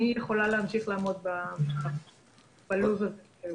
אני יכולה להמשיך לעמוד בלו"ז הזה.